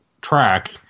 track